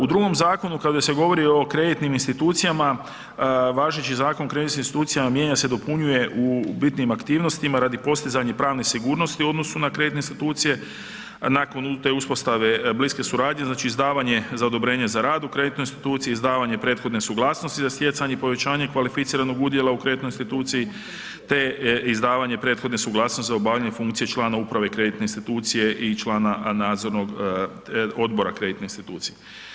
U drugom zakonu kada se govori o kreditnim institucijama, važeći Zakon o kreditnim institucijama mijenja se i dopunjuje u bitnim aktivnostima radi postizanja pravne sigurnosti u odnosu na kreditne institucije nakon nulte uspostave bliske suradnje, znači izdavanje za odobrenje za rad u kreditnoj instituciji, izdavanje prethodne suglasnosti za stjecanje i povećanje kvalificiranog udjela u kreditnoj instituciji, te izdavanje prethodne suglasnosti za obavljanje funkcije člana uprave kreditne institucije i člana nadzornog odbora kreditne institucije.